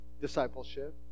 discipleship